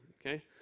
okay